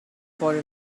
for